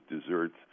desserts